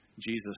Jesus